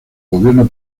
gobierno